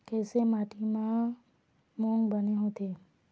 कइसे माटी म मूंग बने होथे?